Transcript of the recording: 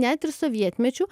net ir sovietmečiu